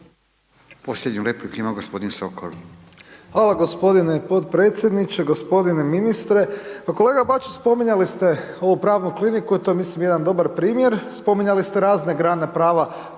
Posljednju repliku ima gospodin Sokol. **Sokol, Tomislav (HDZ)** Hvala gospodine podpredsjedniče, gospodine ministre, pa kolega Bačić spominjali ste ovu pravnu kliniku i to je mislim jedan dobar primjer, spominjali ste razne grane prava